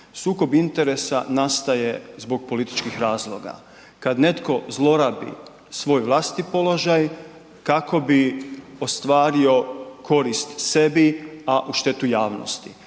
Sukob interesa nastaje zbog političkih razloga, kad netko zlorabi svoj vlastiti položaj kako bi ostvario korist sebi, a u štetu javnosti.